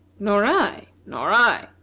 nor i! nor i!